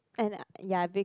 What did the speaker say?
and ya be~